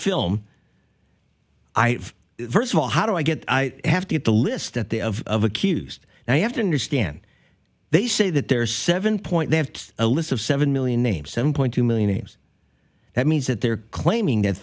film i first of all how do i get i have to get the list at the of of accused now you have to understand they say that there are seven point they have a list of seven million names seven point two million names that means that they're claiming